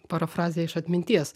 parafrazė iš atminties